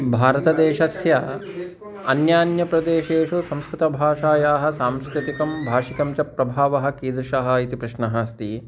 भारतदेशस्य अन्यान्यप्रदेशेषु संस्कृतभाषायाः सांस्कृतिकं भाषिकं च प्रभावः कीदृशः इति प्रश्नः अस्ति